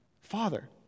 Father